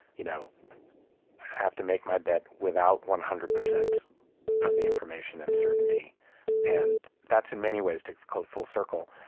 you know have to make my bet without one hundred percent of the information and certainty and that's, in many ways, to come full circle,